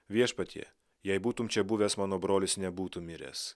viešpatie jei būtum čia buvęs mano brolis nebūtų miręs